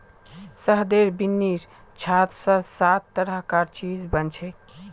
शहदेर बिन्नीर छात स सात तरह कार चीज बनछेक